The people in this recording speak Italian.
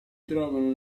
trovano